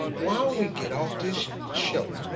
while we get off this show